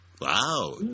Wow